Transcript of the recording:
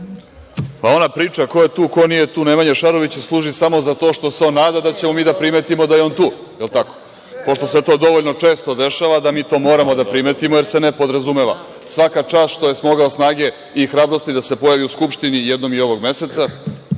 Ona priča ko je tu, ko nije tu, Nemanja Šarović služi samo za to što se on nada da ćemo mi da primetimo da je on tu, jel tako, pošto se to dovoljno često dešava da mi to moramo da primetimo, jer se ne podrazumeva. Svaka čast što je smogao snage i hrabrosti da se pojavi u Skupštini jednom i ovog meseca. Koliko